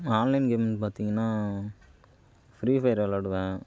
online கேம்னு பார்த்திங்கன்னா Free Fire விளாடுவன்